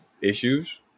issues